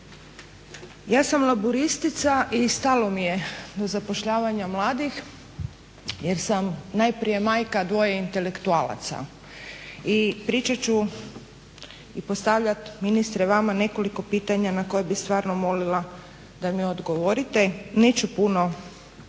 Ja sam laburistica i stalo mi je do zapošljavanja mladih jer sam najprije majka dvoje intelektualaca i pričat ću i postavljat ministre vama nekoliko pitanja na koja bih stvarno molila da mi odgovorite. Neću puno politizirati